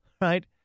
right